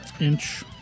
inch